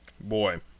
Boy